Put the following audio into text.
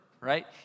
right